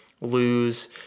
lose